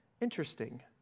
Interesting